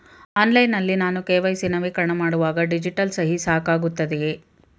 Online ನಲ್ಲಿ ನಾನು ನನ್ನ ಕೆ.ವೈ.ಸಿ ನವೀಕರಣ ಮಾಡುವಾಗ ಡಿಜಿಟಲ್ ಸಹಿ ಸಾಕಾಗುತ್ತದೆಯೇ?